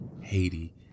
Haiti